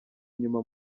inyuma